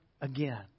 again